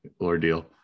ordeal